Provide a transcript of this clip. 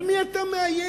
על מי אתה מאיים?